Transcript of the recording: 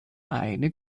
eine